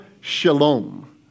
shalom